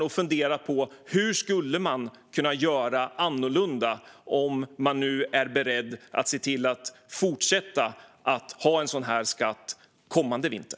Har man funderat på hur man skulle kunna göra annorlunda om man nu är beredd att se till att fortsätta att ha en sådan här skatt kommande vinter?